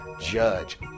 Judge